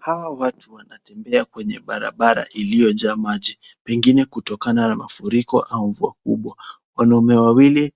Hawa watu, wanatembea kwenye barabara iliyojaa maji, pengine kutokana na mafuriko au mvua kubwa. Wanaume wawili